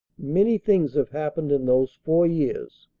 many things have happened in those four years,